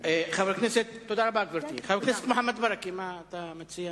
חבר הכנסת מוחמד ברכה, מה אתה מציע?